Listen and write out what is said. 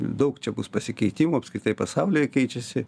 daug čia bus pasikeitimų apskritai pasaulyje keičiasi